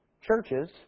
churches